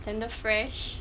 tenderfresh